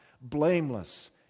blameless